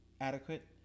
adequate